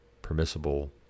permissible